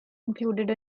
included